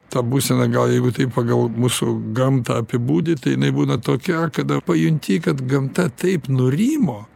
ta būsena gal jeigu taip pagal mūsų gamtą apibūdit tai jinai būna tokia kada pajunti kad gamta taip nurimo